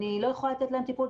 אני לא יכולה לתת להם טיפול,